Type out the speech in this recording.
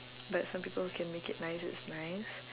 but some people can make it nice that's nice